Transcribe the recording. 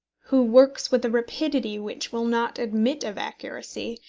who works with a rapidity which will not admit of accuracy,